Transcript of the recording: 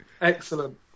Excellent